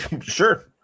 Sure